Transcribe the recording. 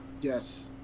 Yes